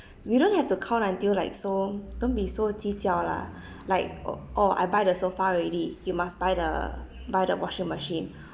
you don't have to count until like so don't be so 计较 lah like o~ oh I buy the sofa already you must buy the buy the washing machine